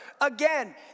Again